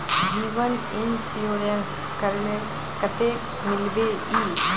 जीवन इंश्योरेंस करले कतेक मिलबे ई?